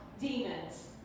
demons